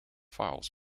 files